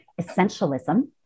essentialism